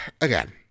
again